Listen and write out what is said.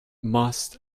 must